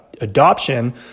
adoption